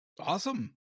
Awesome